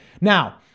Now